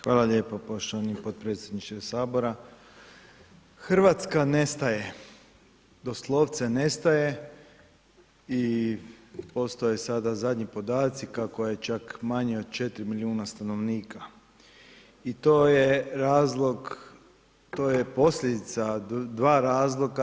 Hvala lijepo poštovani podpredsjedniče sabora, Hrvatska nestaje, doslovce nestaje i postoje sada zadnji podaci kako je čak manje od 4 milijuna stanovnika i to je razlog, to je posljedica dva razloga.